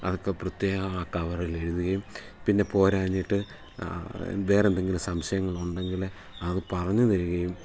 അതൊക്കെ പ്രത്യേക ആ കവറിൽ എഴുതുകയും പിന്നെ പോരാഞ്ഞിട്ട് വേറെ എന്തെങ്കിലും സംശയങ്ങൾ ഉണ്ടെങ്കിൽ അത് പറഞ്ഞു തരികയും